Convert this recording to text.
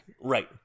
Right